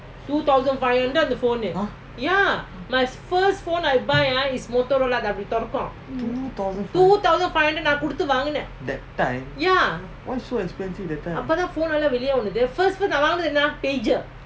!huh! two thousand five that time why so expensive that time